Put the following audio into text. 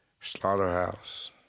Slaughterhouse